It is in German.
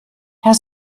herr